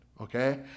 okay